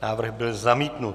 Návrh byl zamítnut.